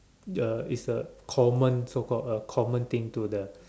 uh is a common so called a common thing to the